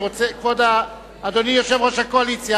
אדוני יושב-ראש הקואליציה,